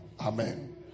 Amen